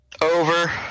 Over